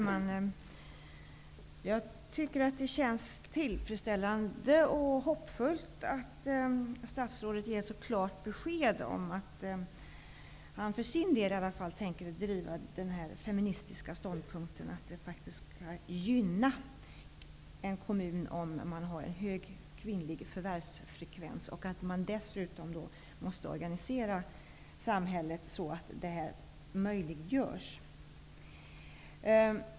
Herr talman! Det känns tillfredsställande och hoppfullt att statsrådet ger ett så klart besked om att han för sin del tänker driva den feministiska ståndpunkten att de kommuner som har hög kvinnlig förvärvsfrekvens skall gynnas. Samtidigt måste samhället organiseras så, att detta möjliggörs.